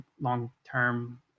long-term